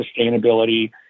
sustainability